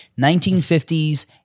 1950s